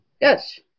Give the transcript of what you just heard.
Yes